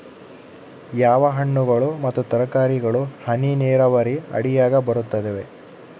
ಯಾವ ಹಣ್ಣುಗಳು ಮತ್ತು ತರಕಾರಿಗಳು ಹನಿ ನೇರಾವರಿ ಅಡಿಯಾಗ ಬರುತ್ತವೆ?